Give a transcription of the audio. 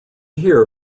here